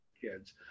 kids